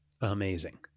amazing